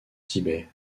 tibet